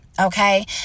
Okay